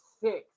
six